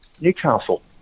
Newcastle